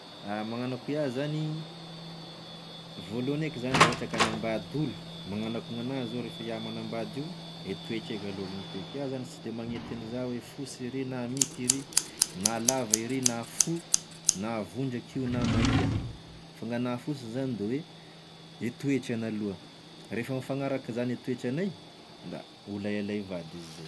A magnano akoa iaho zany, voalohagny eky zany raha ohatra ka hanambady olo, magnano akoa gn'agnahy zao rehefa iaho manambady io, e toetra eky aloha inteko, f'iaho zany sy de magnenty anzao oe fosy iry na mity iry, na lava i na fo, na vondraky io na mahia, fa gn'agnahy fosy zany da hoe e toetrany aloha rehefa mifanaraky zany e toetranay da olo hay alay vady izy zay.